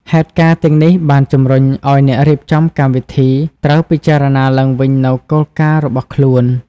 ហេតុការណ៍ទាំងនេះបានជំរុញឱ្យអ្នករៀបចំកម្មវិធីត្រូវពិចារណាឡើងវិញនូវគោលការណ៍របស់ខ្លួន។